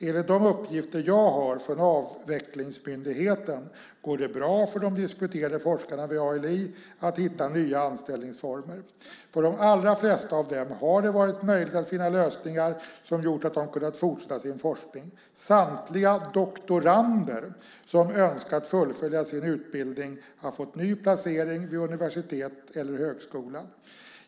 Enligt de uppgifter jag har från Avvecklingsmyndigheten går det bra för de disputerade forskarna vid ALI att hitta nya anställningsformer. För de allra flesta av dem har det varit möjligt att finna lösningar som gjort att de har kunnat fortsätta sin forskning. Samtliga doktorander som önskat fullfölja sin utbildning har fått ny placering vid universitet eller högskola.